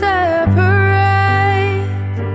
separate